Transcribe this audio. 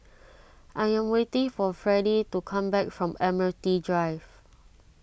I am waiting for Freddie to come back from Admiralty Drive